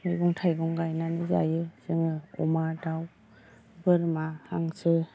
मैगं थाइगं गायनानै जायो जोङो अमा दाउ बोरमा हांसो